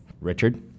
Richard